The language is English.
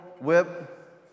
whip